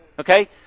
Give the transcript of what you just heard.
Okay